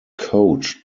coached